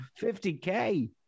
50k